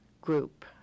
group